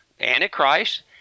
Antichrist